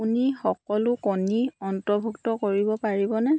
আপুনি সকলো কণী অন্তৰ্ভুক্ত কৰিব পাৰিবনে